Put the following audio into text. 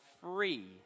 free